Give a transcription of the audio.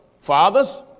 Fathers